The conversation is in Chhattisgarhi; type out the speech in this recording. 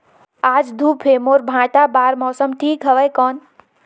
आज धूप हे मोर भांटा बार मौसम ठीक हवय कौन?